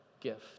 gift